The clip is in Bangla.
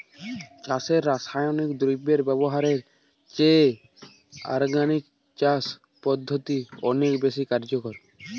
চাষে রাসায়নিক দ্রব্য ব্যবহারের চেয়ে অর্গানিক চাষ পদ্ধতি অনেক বেশি কার্যকর